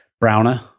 browner